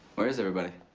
where is everybody?